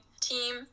team